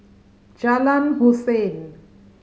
Jalan Hussein